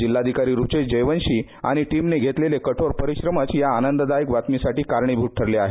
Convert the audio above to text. जिल्हाधिकारी रुचेश जयवंशी आणि टीमने घेतलेले कठोर परिश्रमच या आनंददायक बातमीसाठी कारणीभूत ठरले आहेत